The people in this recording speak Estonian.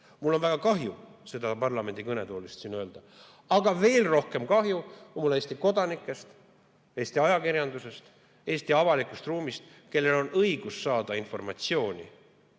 Mul on väga kahju seda parlamendi kõnetoolist siin öelda, aga veel rohkem kahju on mul Eesti kodanikest, Eesti ajakirjandusest, Eesti avalikust ruumist, kellel on õigus saada informatsiooni